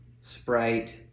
Sprite